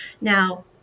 Now